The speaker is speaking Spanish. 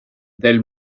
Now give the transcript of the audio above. del